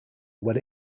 when